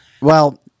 well-